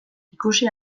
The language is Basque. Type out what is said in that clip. ikusi